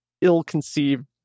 ill-conceived